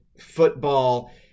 football